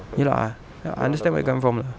ya lah ah ya I understand where you come from lah